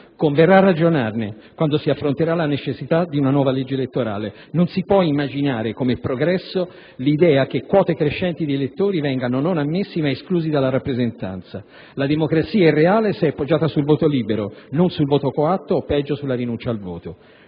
Converrà ragionarne quando si affronterà la necessità di una nuova legge elettorale: non si può immaginare come progresso l'idea che quote crescenti di elettori vengano non ammessi ma esclusi dalla rappresentanza. La democrazia è reale se poggiata sul voto libero, non sul voto coatto o peggio sulla rinuncia al voto.